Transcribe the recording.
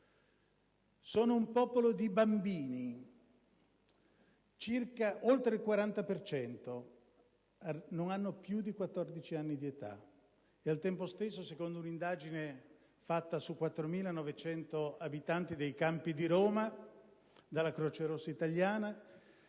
È un popolo di bambini: oltre il 40 per cento non ha più di 14 anni di età. Al tempo stesso, secondo un'indagine fatta su 4.900 abitanti dei campi di Roma dalla Croce rossa italiana,